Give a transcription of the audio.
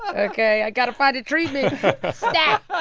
ok, i got to find a treatment stat